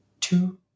two